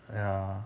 ya